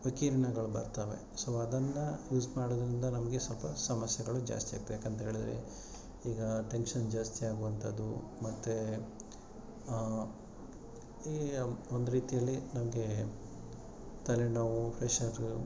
ವಿಕಿರಣಗಳು ಬರ್ತವೆ ಸೊ ಅದನ್ನು ಯೂಸ್ ಮಾಡೋದರಿಂದ ನಮಗೆ ಸ್ವಲ್ಪ ಸಮಸ್ಯೆಗಳು ಜಾಸ್ತಿ ಆಗ್ತದೆ ಯಾಕಂತ ಹೇಳಿದರೆ ಈಗ ಟೆನ್ಶನ್ ಜಾಸ್ತಿ ಆಗುವಂಥದ್ದು ಮತ್ತೆ ಈ ಒಂದು ರೀತಿಯಲ್ಲಿ ನಮಗೆ ತಲೆ ನೋವು ಪ್ರೆಷರು